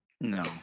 No